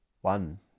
One